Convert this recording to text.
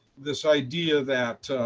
this idea that